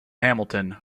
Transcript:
hamilton